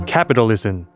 Capitalism